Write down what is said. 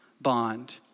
bond